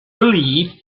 believe